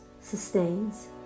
sustains